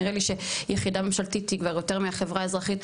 נראה לי שיחידה ממשלתית היא כבר יותר מהחברה האזרחית,